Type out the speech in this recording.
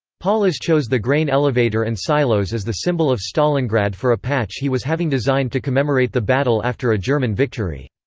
paulus chose the grain elevator and silos as the symbol of stalingrad for a patch he was having designed to commemorate the battle after a german victory.